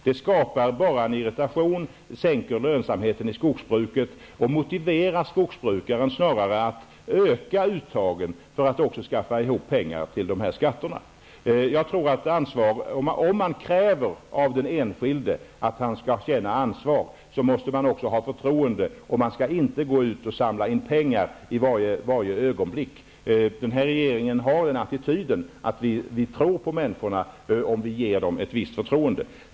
Det skapar bara en irritation, det sänker lönsamheten i skogsbruket, och det motiverar skogsbrukaren snarare att öka uttagen för att skaffa ihop pengar till dessa skatter. Om man kräver av den enskilde att han skall känna ansvar måste man enligt min mening också ha förtroende för honom. Man skall inte i varje ögonblick gå ut och samla in pengar. Den här regeringen har den attityden att vi tror att människor kan klara av att få ett visst förtroende.